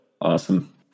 Awesome